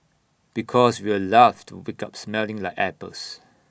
because we'd love to wake up smelling like apples